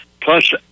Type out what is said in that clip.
plus